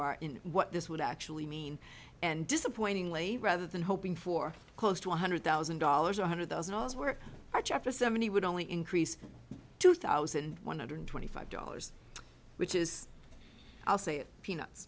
are in what this would actually mean and disappointingly rather than hoping for close to one hundred thousand dollars or one hundred thousand dollars we're after seventy would only increase two thousand one hundred twenty five dollars which is i'll say it peanuts